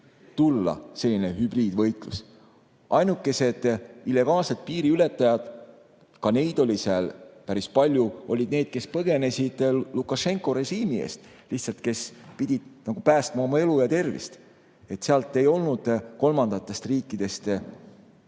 tulla selline hübriidvõitlus. Ainukesed illegaalsed piiriületajad – neidki oli seal päris palju – olid need, kes põgenesid Lukašenko režiimi eest, kes lihtsalt pidid päästma oma elu ja tervist. Seal ei olnud kolmandatest riikidest